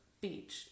beach